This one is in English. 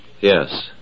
Yes